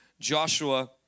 Joshua